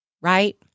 right